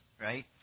right